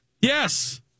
Yes